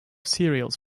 cereals